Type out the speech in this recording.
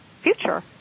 future